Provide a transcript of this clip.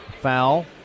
foul